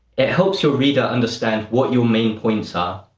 it helps your reader understand what your main points are.